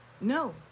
No